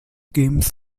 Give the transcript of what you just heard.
games